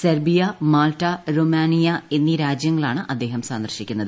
Serbia Malta Romania എന്നീ രാജ്യങ്ങളാണ് അദ്ദേഹം സന്ദർശിക്കുന്നത്